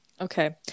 Okay